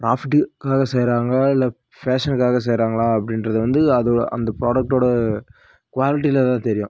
ப்ராஃபிட்டுக்காக செய்கிறாங்களா இல்லை ஃபேஷனுக்காக செய்கிறாங்களா அப்படின்றது வந்து அது அந்த ப்ராடக்ட்டோடய குவாலிட்டியில் தான் தெரியும்